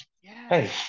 hey